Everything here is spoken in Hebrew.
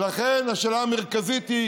ולכן, השאלה המרכזית היא